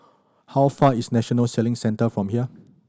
how far is National Sailing Centre from here